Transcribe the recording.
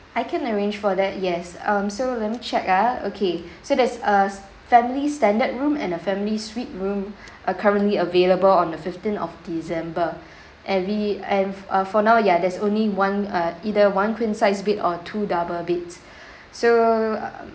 I can arrange for that yes um so let me check ah okay so there's a s~ family standard room and a family suite room uh currently available on the fifteen of december every and uh for now ya there's only one uh either one queen size bed or two double beds so um